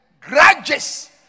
grudges